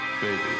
Baby